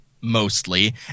mostly